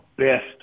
best